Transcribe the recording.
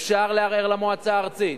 אפשר לערער למועצה הארצית.